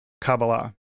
Kabbalah